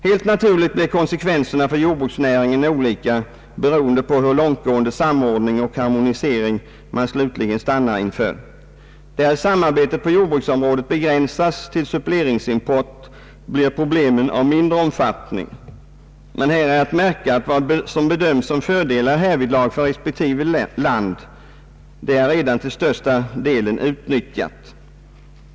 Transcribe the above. Helt naturligt blir konsekvenserna för jordbruksnäringen olika beroende på hur långtgående samordning och harmonisering man slutligen stannar inför. Därest samarbetet på jordbruksområdet begränsas till suppleringsimport blir problemen av mindre omfattning, men här är att märka att vad som bedöms såsom fördelar härvidlag för respektive land är till största delen redan utnyttjat.